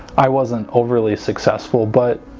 i wasn't overly successful but